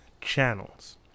channels